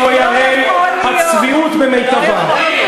זו הרי הצביעות במיטבה.